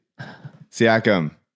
Siakam